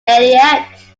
elliott